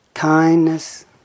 kindness